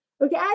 Okay